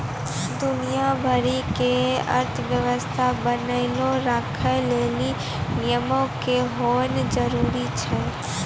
दुनिया भरि के अर्थव्यवस्था बनैलो राखै लेली नियमो के होनाए जरुरी छै